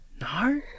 No